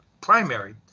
primary